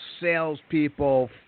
salespeople